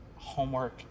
Homework